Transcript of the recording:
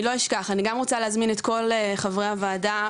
התנהגותית הולכת יחד עם התנהגויות נוספות וגם חברתית,